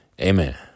Amen